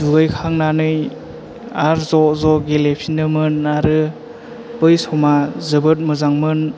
दुगैखांनानै आर ज' ज' गेलेफिनोमोन आरो बै समा जोबोद मोजांमोन